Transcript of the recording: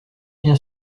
bien